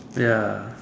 ya